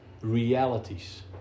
realities